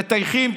מטייחים,